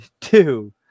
two